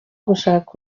gushaka